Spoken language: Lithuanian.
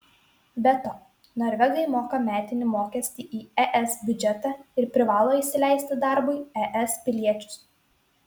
be to norvegai moka metinį mokestį į es biudžetą ir privalo įsileisti darbui es piliečius